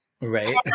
Right